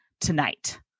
tonight